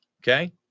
Okay